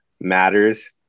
matters